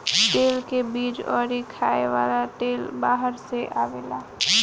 तेल के बीज अउरी खाए वाला तेल बाहर से आवेला